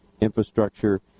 infrastructure